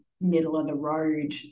middle-of-the-road